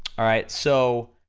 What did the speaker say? alright, so